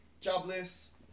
jobless